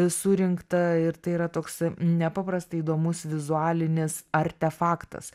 surinkta ir tai yra toks nepaprastai įdomus vizualinis artefaktas